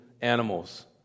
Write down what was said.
animals